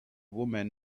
woman